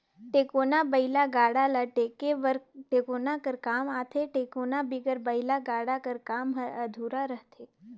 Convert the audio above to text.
टेकोना बइला गाड़ा ल टेके बर टेकोना कर काम आथे, टेकोना बिगर बइला गाड़ा कर काम हर अधुरा रहथे